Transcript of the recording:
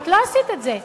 אבל את לא עשית את זה.